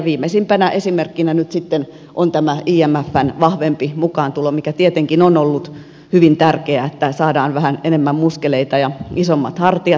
viimeisimpänä esimerkkinä nyt sitten on tämä imfn vahvempi mukaantulo mikä tietenkin on ollut hyvin tärkeää että saadaan vähän enemmän muskeleita ja isommat hartiat